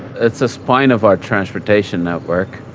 it's the spine of our transportation network.